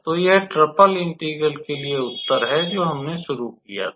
तो यह triple integral के लिए उत्तर है जो हमने शुरू किया था